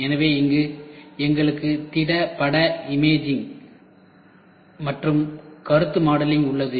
எனவே இங்கே எங்களுக்கு திட பட இமேஜிங் மற்றும் கருத்து மாடலிங் உள்ளது